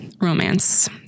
romance